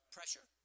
Pressure